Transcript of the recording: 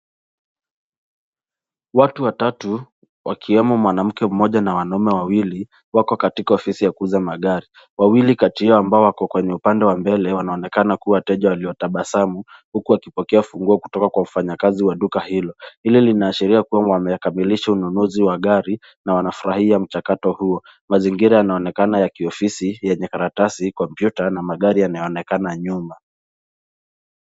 Watu watatu wakiemo mwanamke mmoja na wanaume wawili wako katika ofisi ya kuuza magari. Wawili kati yao ambao wako katika upande wa mbele wanaonekana kuwa wateja waliotabsamu, huku wakipokea funguo kutoka kwa mfanyakazi mmoja wa duka hilo. Lile linaashiria kuwa wamekabilishwa ununuzi wa gari na wanafurahia mchakato huo. Mazingira yanaonekana ya kiofisi yenye karatasi, kompyuta na magari yanayonekana nyuma.